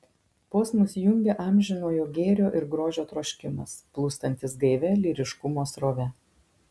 posmus jungia amžinojo gėrio ir grožio troškimas plūstantis gaivia lyriškumo srove